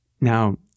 Now